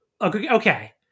okay